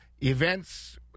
Events